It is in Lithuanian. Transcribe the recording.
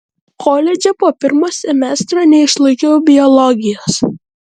koledže po pirmo semestro neišlaikiau biologijos